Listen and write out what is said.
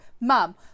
Mom